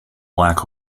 black